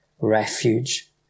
refuge